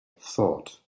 thought